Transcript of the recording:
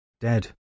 dead